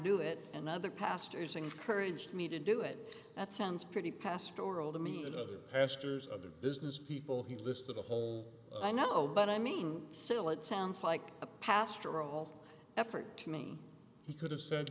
do it and other pastors encouraged me to do it that sounds pretty pastore old to me and other pastors other businesspeople he listed a whole i know but i mean still it sounds like a pastor all effort to me he could have s